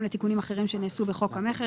כך נעשה גם ביחס לתיקונים אחרים שנעשו בחוק המכר,